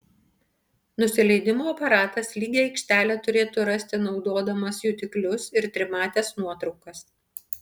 nusileidimo aparatas lygią aikštelę turėtų rasti naudodamas jutiklius ir trimates nuotraukas